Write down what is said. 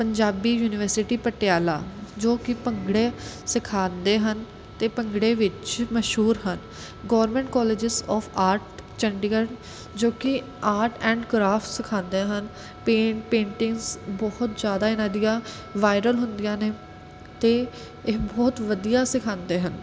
Punjabi university Patiala ਜੋ ਕਿ ਭੰਗੜੇ ਸਿਖਾਉਂਦੇ ਹਨ ਅਤੇ ਭੰਗੜੇ ਵਿੱਚ ਮਸ਼ਹੂਰ ਹਨ government colleges of art Chandigarh ਜੋ ਕਿ ਆਰਟ ਐਂਡ ਕਰਾਫ਼ਟ ਸਿਖਾਉਂਦੇ ਹਨ ਪੇਂਟ ਪੇਂਟਿੰਗਸ ਬਹੁਤ ਜ਼ਿਆਦਾ ਇਨ੍ਹਾਂ ਦੀਆਂ ਵਾਇਰਲ ਹੁੰਦੀਆਂ ਨੇ ਅਤੇ ਇਹ ਬਹੁਤ ਵਧੀਆ ਸਿਖਾਉਂਦੇ ਹਨ